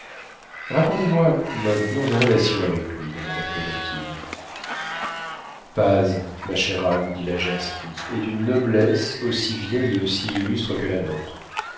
racontez-moi maintenant vos relations avec lui demanda clémentine paz ma chère âme dit laginski est d'une noblesse aussi vieille et aussi illustre que la nôtre